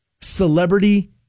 celebrity